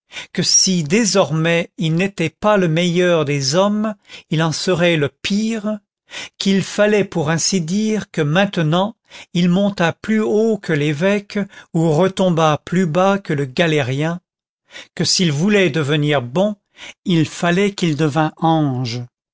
que si désormais il n'était pas le meilleur des hommes il en serait le pire qu'il fallait pour ainsi dire que maintenant il montât plus haut que l'évêque ou retombât plus bas que le galérien que s'il voulait devenir bon il fallait qu'il devînt ange